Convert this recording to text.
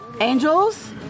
angels